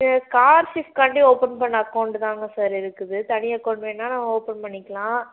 ஸ்காலர்ஷிப்காண்டி open பண்ண account தாங்க sir இருக்குது தனி அக்கௌண்ட் வேணா நான் ஓப்பன் பண்ணிக்கலாம்